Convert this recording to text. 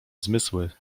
zmysły